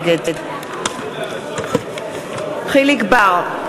נגד יחיאל חיליק בר,